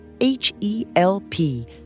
H-E-L-P